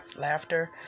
laughter